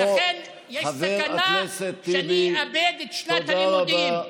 ולכן יש סכנה שאני אאבד את שנת הלימודים.